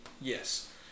Yes